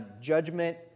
judgment